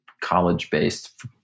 college-based